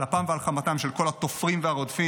על אפם ועל חמתם של כל התופרים והרודפים,